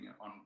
on